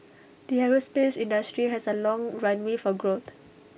the aerospace industry has A long runway for growth